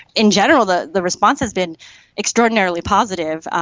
in general the the response has been extraordinarily positive.